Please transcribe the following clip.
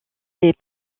des